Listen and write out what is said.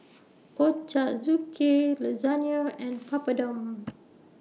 Ochazuke Lasagna and Papadum